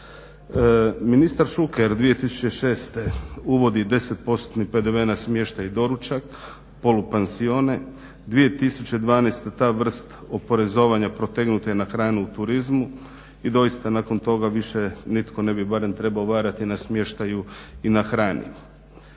Ministar Šuker 2006.uvodi 10%-tni PDV na smještaj i doručak, polupansione, 2012.ta vrsta oporezivanja protegnuta je na hranu u turizmu i doista nakon toga više nitko ne bi barem trebao varati na smještaju i na hrani.